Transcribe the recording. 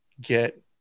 Get